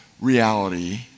reality